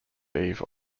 eve